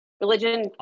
Religion